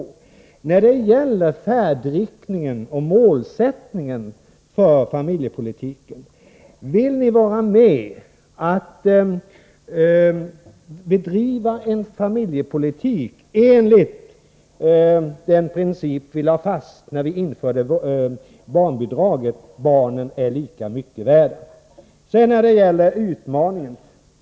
Vill ni när det gäller färdriktningen och målsättningen för familjepolitiken vara med och bedriva en familjepolitik enligt den princip vi lade fast när vi införde barnbidraget — barnen är lika mycket värda? Så till detta om utmaningen!